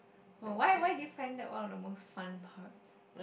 oh why why do you find that one of the most fun parts